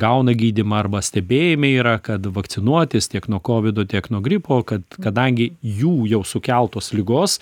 gauna gydymą arba stebėjime yra kad vakcinuotis tiek nuo kovido tiek nuo gripo kad kadangi jų jau sukeltos ligos